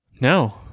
No